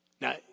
Now